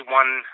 one